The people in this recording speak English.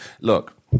Look